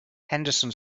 henderson